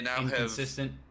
inconsistent